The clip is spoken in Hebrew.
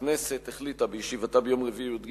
הכנסת החליטה בישיבתה ביום רביעי,